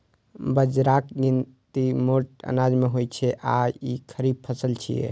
बाजराक गिनती मोट अनाज मे होइ छै आ ई खरीफ फसल छियै